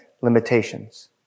limitations